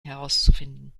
herauszufinden